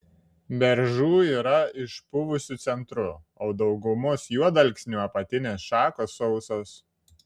beržų yra išpuvusiu centru o daugumos juodalksnių apatinės šakos sausos